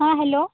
हां हॅलो